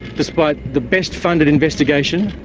despite the best-funded investigation,